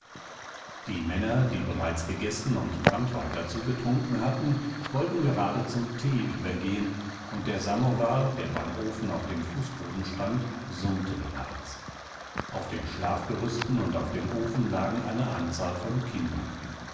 die männer die bereits gegessen und branntwein dazu getrunken hatten wollten gerade zum tee übergehen und der samowar der beim ofen auf dem fußboden stand summte bereits auf den schlafgerüsten und auf dem ofen lagen eine anzahl von kindern